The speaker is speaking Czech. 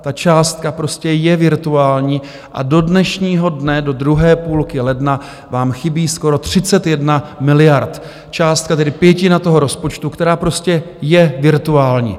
Ta částka prostě je virtuální a do dnešního dne, do druhé půlky ledna, vám chybí skoro 31 miliard, tedy pětina toho rozpočtu, která prostě je virtuální.